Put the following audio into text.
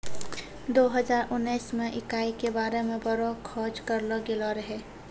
दो हजार उनैस मे इकाई के बारे मे बड़ो खोज करलो गेलो रहै